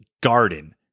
garden